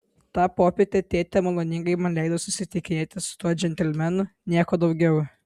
tą popietę tėtė maloningai man leido susitikinėti su tuo džentelmenu nieko daugiau